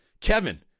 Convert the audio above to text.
Kevin